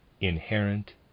inherent